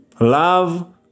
Love